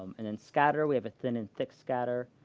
um and then scatter, we have a thin and thick scatter.